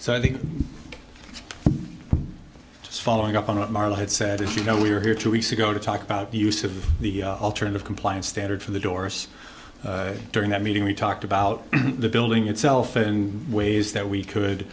so i think just following up on what marla had said if you know we are here two weeks ago to talk about the use of the alternative compliance standard for the doors during that meeting we talked about the building itself and ways that we could